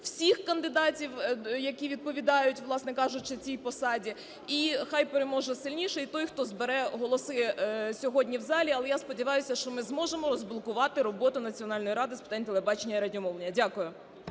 всіх кандидатів, які відповідають, власне кажучи, цій посаді, і хай переможе сильніший – той, хто збере голоси сьогодні в залі. Але я сподіваюся, що ми зможемо розблокувати роботу Національної ради з питань телебачення і радіомовлення. Дякую.